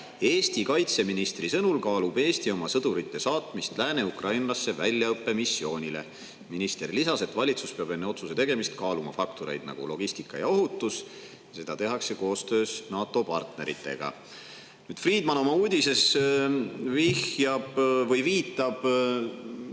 Eesti kaitseministri sõnul kaalub Eesti oma sõdurite saatmist Lääne-Ukrainasse väljaõppemissioonile. Minister lisas, et valitsus peab enne otsuse tegemist kaaluma faktoreid, nagu logistika ja ohutus. Seda tehakse koostöös NATO partneritega. Friedman oma uudises viitab Ukraina